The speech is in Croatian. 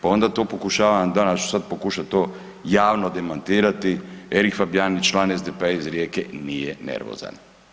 Pa onda to pokušavam, danas sad ću pokušat to javno demantirati, Erik Fabijanić, član SDP-a iz Rijeke nije nervozan.